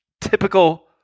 Typical